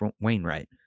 Wainwright